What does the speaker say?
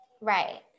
Right